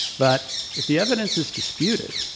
but if the evidence is disputed,